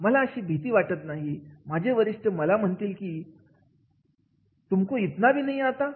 मला अशी भीती वाटत नाही माझे वरिष्ठ मला म्हणतील की' तुमको इतना भी नही आता है